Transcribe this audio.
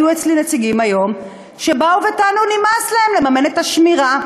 היו אצלי היום נציגים שבאו וטענו שנמאס להם לממן את השמירה,